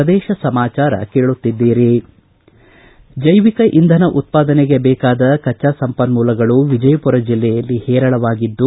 ಪ್ರದೇಶ ಸಮಾಚಾರ ಕೇಳುತ್ತಿದ್ದೀರಿ ಜೈವಿಕ ಇಂಧನ ಉತ್ಪಾದನೆಗೆ ಬೇಕಾದ ಕಚ್ಚಾ ಸಂಪನ್ನೂಲಗಳು ವಿಜಯಪುರ ಜಿಲ್ಲೆಯಲ್ಲಿ ಹೇರಳವಾಗಿದ್ದು